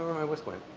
my whisk went.